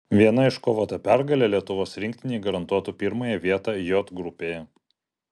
viena iškovota pergalė lietuvos rinktinei garantuotų pirmąją vietą j grupėje